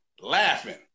laughing